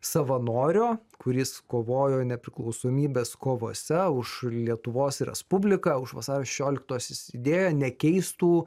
savanorio kuris kovojo nepriklausomybės kovose už lietuvos respubliką už vasario šešioliktos idėją nekeistų